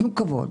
תנו כבוד.